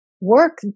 work